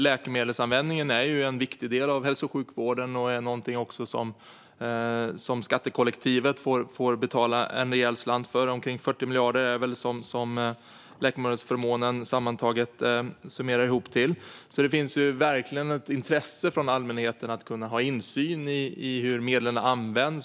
Läkemedelsanvändningen är en viktig del av hälso och sjukvården och även något som skattekollektivet får betala en rejäl slant för eftersom slutsumman för läkemedelsförmånen är omkring 40 miljarder. Det finns därför ett stort intresse hos allmänheten att ha insyn i hur medlen används.